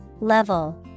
Level